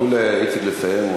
תנו לאיציק לסיים.